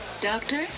Doctor